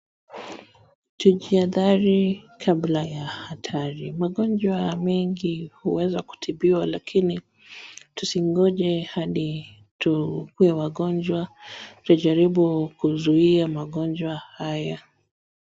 Kujihadhari kabla ya hatari. Magonjwa mengi huweza kutibiwa lakini tusingoje hadi tukuwe wagonjwa, tujaribu kuzuia magonjwa haya.